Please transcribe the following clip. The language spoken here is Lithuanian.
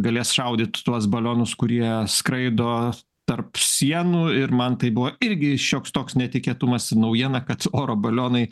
galės šaudyt tuos balionus kurie skraido tarp sienų ir man tai buvo irgi šioks toks netikėtumas ir naujiena kad oro balionai